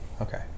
Okay